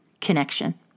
connection